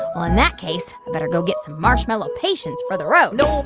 um in that case, i better go get some marshmallow patience for the road no.